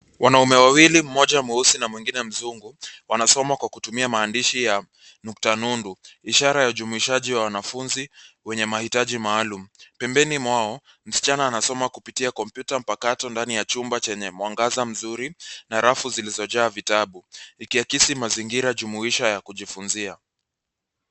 Wanaume wawili mmoja mweusi na mwingine mzungu, wanasoma kwa kutumia maandishi ya nukta nundu, ishara ya ujumuishaji wa wanafunzi wenye mahitaji maalum. Pembeni mwao msichana anasoma kupitia kompyuta mpakato, ndani ya chumba chenye mwangaza mzuri na rafu zilizojaa vitabu, ikiakisi mazingira jumuisha ya kujifunzia.